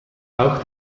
auch